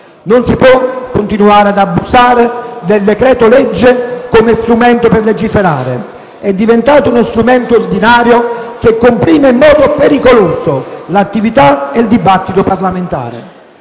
Non si può continuare ad abusare del decreto-legge come strumento per legiferare; è diventato uno strumento ordinario che comprime in modo pericoloso l'attività e il dibattito parlamentare.